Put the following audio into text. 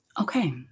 Okay